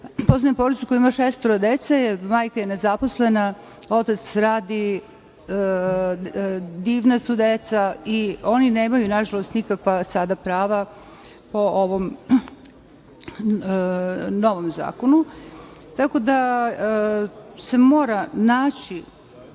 poznajem porodicu koja ima šestoro dece, majka je nezaposlena, otac radi, deca su divna i oni nažalost nemaju nikakva prava po ovom novom zakonu. Tako da se mora naći